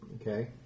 Okay